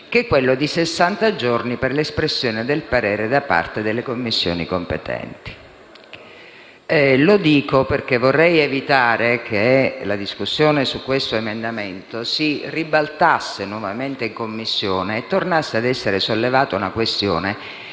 che è di sessanta giorni per l'espressione del parere da parte delle Commissioni competenti. E dico questo perché vorrei evitare che la discussione sull'emendamento in questione si ribaltasse nuovamente in Commissione e tornasse a essere sollevata una questione